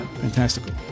Fantastical